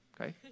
okay